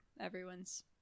everyone's